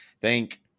Thank